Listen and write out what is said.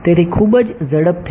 તેથી ખુબજ ઝડપથી